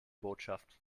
botschaft